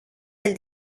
del